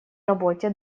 работе